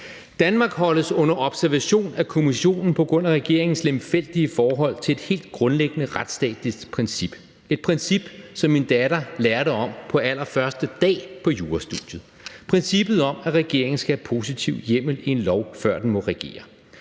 Danmark holdes under observation af Kommissionen på grund af regeringens lemfældige forhold til et helt grundlæggende retsstatsprincip. Det er et princip, som min datter lærte om på allerførste dag på jurastudiet. Det er princippet om, at regeringen skal have positiv hjemmel i en lov, før den må regere.